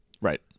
Right